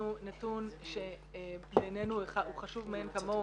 נתון שבעינינו הוא חשוב מאין כמוהו,